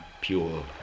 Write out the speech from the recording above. pure